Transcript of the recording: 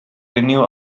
renew